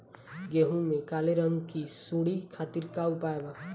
गेहूँ में काले रंग की सूड़ी खातिर का उपाय बा?